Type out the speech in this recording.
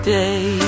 day